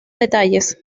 detalles